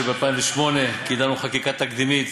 כשב-2008 קידמנו חקיקה תקדימית,